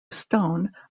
stone